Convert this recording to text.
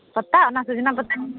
ᱯᱟᱛᱟ ᱚᱱᱟ ᱥᱚᱡᱱᱟ ᱯᱟᱛᱟ